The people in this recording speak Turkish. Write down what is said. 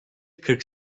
kırk